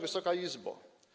Wysoka Izbo!